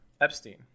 epstein